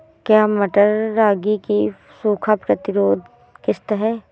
क्या मटर रागी की सूखा प्रतिरोध किश्त है?